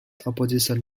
opposition